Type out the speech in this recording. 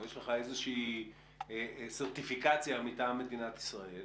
או שיש לך סרטיפיקציה מטעם מדינת ישראל